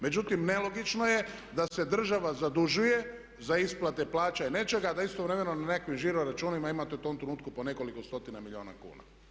Međutim, nelogično je da se država zadužuje za isplate plaća ili nečega a da istovremeno na nekim žiroračunima imate u tom trenutku po nekoliko stotina milijuna kuna.